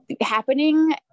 happening